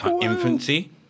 infancy